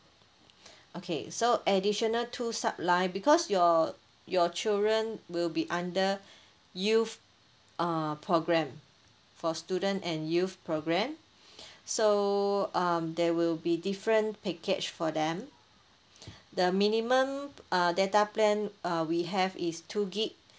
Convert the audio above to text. okay so additional two sub line because your your children will be under youth uh program for student and youth program so um there will be different package for them the minimum uh data plan uh we have is two gig